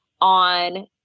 on